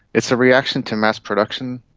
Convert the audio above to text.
it's a reaction to mass production.